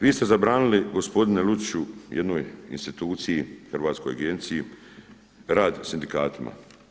Vi ste zabranili gospodine Lučiću jednoj instituciji, hrvatskoj agenciji rad sindikatima.